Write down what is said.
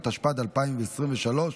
התשפ"ג 2023,